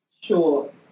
Sure